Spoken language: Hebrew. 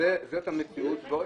זאת המציאות.